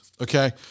Okay